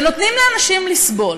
ונותנים לאנשים לסבול,